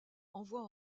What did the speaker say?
envoie